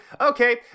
okay